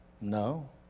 no